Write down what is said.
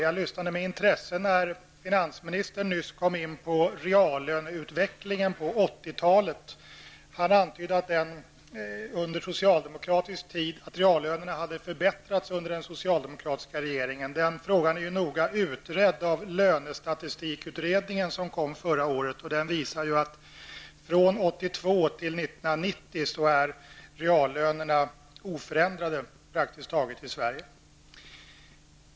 Jag lyssande med intresse när finansministern nyss kom in på reallöneutvecklingen under 80-talet. Han antydde att reallönerna hade förbättrats under den socialdemokratiska regeringen. Den frågan är ju noga utredd av lönestatistikutredningen som lades fram förra året. Den visar att reallönerna från 1982 till 1990 har varit praktiskt taget oförändrade.